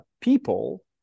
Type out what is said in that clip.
people